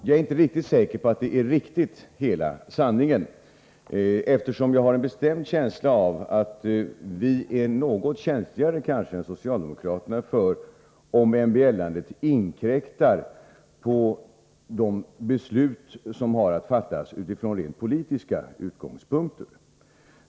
Jag är inte riktigt säker på att det är hela sanningen, eftersom jag har en bestämd känsla av att vi är något känsligare än socialdemokraterna för om MBL-andet inkräktar på de beslut som har att fattas från rent politiska utgångspunkter.